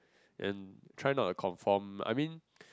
and try not to conform I mean